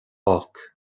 olc